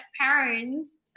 parents